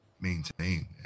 maintain